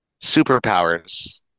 superpowers